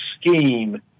scheme